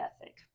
ethic